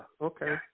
Okay